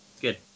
good